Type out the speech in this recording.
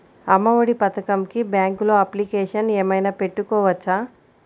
అమ్మ ఒడి పథకంకి బ్యాంకులో అప్లికేషన్ ఏమైనా పెట్టుకోవచ్చా?